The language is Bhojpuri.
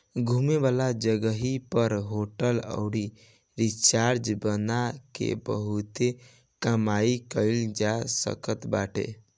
घूमे वाला जगही पअ होटल अउरी रिजार्ट बना के बहुते कमाई कईल जा सकत बाटे